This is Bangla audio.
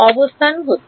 অবস্থান হচ্ছে